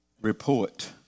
report